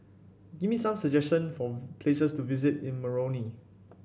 give me some suggestion for places to visit in Moroni